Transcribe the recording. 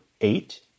eight